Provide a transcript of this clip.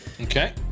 Okay